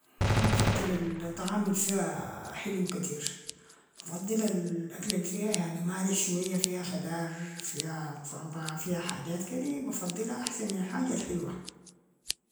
ما بفضل الطعام الفيها حلو كتير، بفضل الأكل الفيها يعني مالح شوية، فيها خدار، فيها سلطة، فيها حاجات كدي بفضلا أحسن من الحاجة الحلوة.